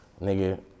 Nigga